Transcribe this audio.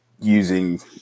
using